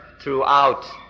throughout